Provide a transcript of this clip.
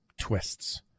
twists